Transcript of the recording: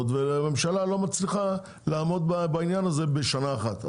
והממשלה לא מצליחה לעמוד בעניין הזה בשנה אחת.